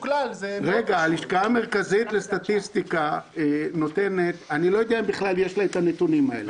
אני לא יודע אם ללשכה המרכזית לסטטיסטיקה יש את הנתונים האלה.